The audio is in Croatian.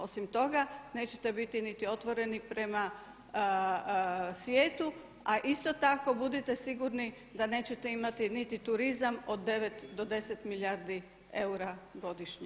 Osim toga nećete biti niti otvoreni prema svijetu a isto tako budite sigurni da nećete imati niti turizam od 9 do 10 milijardi eura godišnje.